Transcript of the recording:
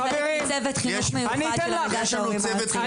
אני מצוות חינוך מיוחד של הנהגת ההורים הארצית.